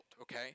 okay